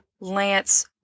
Lance